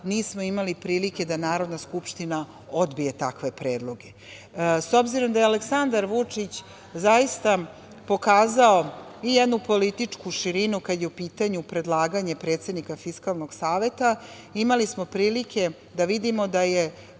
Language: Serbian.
nismo imali prilike da Narodna skupština odbije takve predloge.S obzirom da je Aleksandar Vučić zaista pokazao i jednu političku širinu, kada je u pitanju predlaganje predsednika Fiskalnog saveta, imali smo prilike da vidimo da je